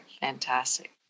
Fantastic